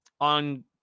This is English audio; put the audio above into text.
on